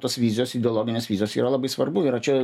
tos vizijos ideologinės vizijos yra labai svarbu yra čia